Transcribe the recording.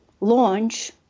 launch